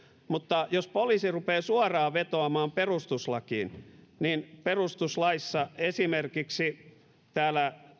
mutta jos poliisi rupeaa suoraan vetoamaan perustuslakiin niin perustuslaissa esimerkiksi täällä